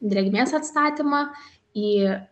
drėgmės atstatymą į